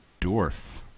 Dwarf